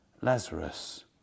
Lazarus